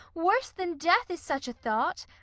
worse than death is such a thought!